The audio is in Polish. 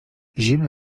zimy